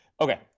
Okay